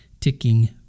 ticking